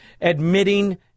admitting